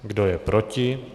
Kdo je proti?